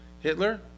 Hitler